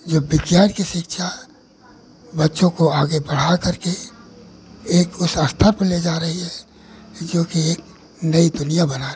जो विज्ञान की शिक्षा बच्चों को आगे बढ़ा करके एक उस स्तर पर ले जा रही है जोकि एक नई दुनिया बना रही है